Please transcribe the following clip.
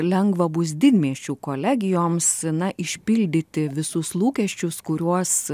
lengva bus didmiesčių kolegijoms na išpildyti visus lūkesčius kuriuos